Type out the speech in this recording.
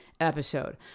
episode